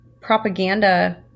propaganda